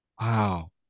Wow